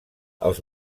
els